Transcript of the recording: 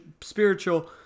spiritual